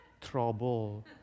trouble